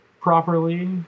properly